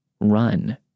run